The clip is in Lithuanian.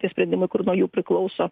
tie sprendimai kur nuo jų priklauso